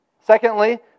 Secondly